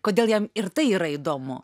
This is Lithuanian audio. kodėl jam ir tai yra įdomu